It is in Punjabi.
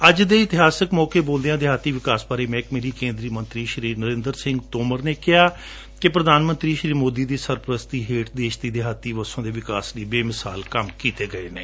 ਅੱਜ ਦੇ ਇਤਿਹਾਸਕ ਮੌਕੇ ਬੋਲਦਿਆਂ ਦੇਹਾਤੀ ਵਿਕਾਸ ਬਾਰੇ ਮਹਿਕਮੇ ਲਈ ਕੇਂਦਰੀ ਮੰਤਰੀ ਸ੍ਰੀ ਨਰਿੰਦਰ ਸਿੰਘ ਤੋਮਰ ਨੇ ਕਿਹੈ ਕਿ ਪ੍ਰਧਾਨ ਮੰਤਰੀ ਸ੍ਰੀ ਸੋਦੀ ਦੀ ਸਰਪ੍ਰਸਤੀ ਹੇਠ ਦੇਸ਼ ਦੀ ਦੇਹਾਤੀ ਵਸੋਂ ਦੇ ਵਿਕਾਸ ਲਈ ਬੇਮਿਸਾਲ ਕੰਮ ਕੀਤੇ ਗਏ ਨੇ